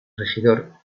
regidor